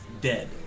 dead